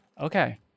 Okay